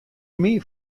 myn